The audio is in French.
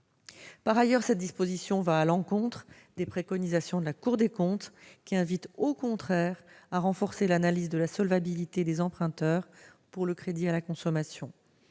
par la commission spéciale va à l'encontre des préconisations de la Cour des comptes, qui invite au contraire à renforcer l'analyse de la solvabilité des emprunteurs pour le crédit à la consommation.